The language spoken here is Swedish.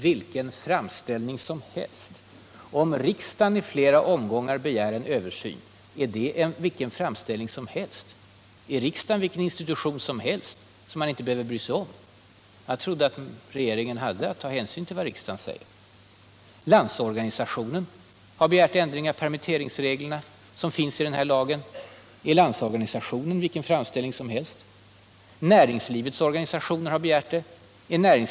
”Vilken framställning som helst!” Om riksdagen i flera omgängar begär en översyn, är det då ”vilken framställning som helst”? Är riksdagen vilken institution som helst som man inte behöver bry sig om? Jag trodde att regeringen hade att ta hänsyn till vad riksdagen säger. Landsorganisationen har begärt ändringar av permitteringsreglerna i den här lagen. Är Landsorganisationen vilken organisation som helst? Näringslivets organisationer har begärt en utredning.